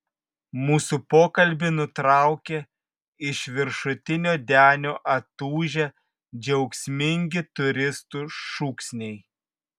mūsų pokalbį nutraukė iš viršutinio denio atūžę džiaugsmingi turistų šūksniai